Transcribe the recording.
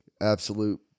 absolute